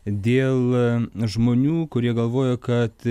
dėl žmonių kurie galvojo kad